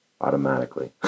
automatically